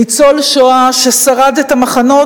ניצול שואה ששרד את המחנות.